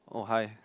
orh hi